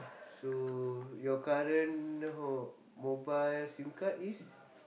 so your current hold mobile sim card is